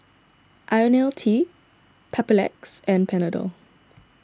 Ionil T Papulex and Panadol